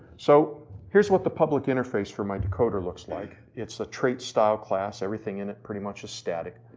so here's what the public interface for my decoder looks like. it's a trait style class. everything in it pretty much is static.